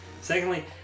Secondly